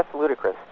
ludicrous.